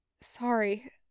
Sorry